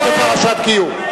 לא בפרשת גיור.